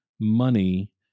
money